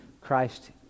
Christ